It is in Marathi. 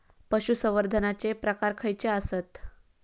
पशुसंवर्धनाचे प्रकार खयचे आसत?